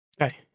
Okay